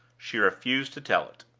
she refused to tell it.